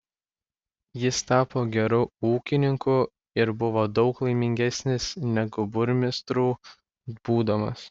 jis tapo geru ūkininku ir buvo daug laimingesnis negu burmistru būdamas